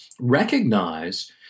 recognize